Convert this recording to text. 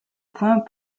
point